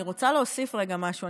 אני רוצה להוסיף רגע משהו.